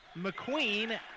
McQueen